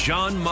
John